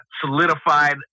solidified